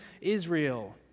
Israel